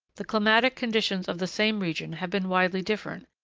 the climatic conditions of the same region have been widely different,